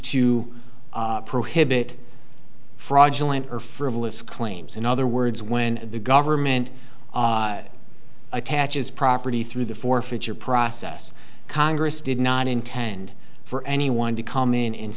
to prohibit fraudulent or frivolous claims in other words when the government attaches property through the forfeiture process congress did not intend for anyone to come in